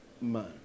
man